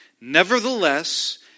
Nevertheless